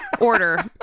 order